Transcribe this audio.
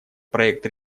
проект